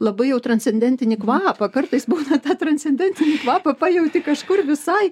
labai jau transcendentinį kvapą kartais būna kad transcendentinį kvapą pajauti kažkur visai